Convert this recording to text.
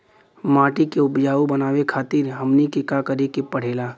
माटी के उपजाऊ बनावे खातिर हमनी के का करें के पढ़ेला?